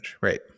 right